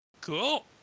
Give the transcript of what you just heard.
Cool